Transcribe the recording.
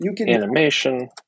animation